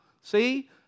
see